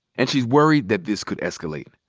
and she's worried that this could escalate.